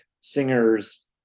singers